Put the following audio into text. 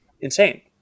Insane